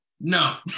no